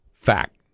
fact